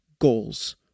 goals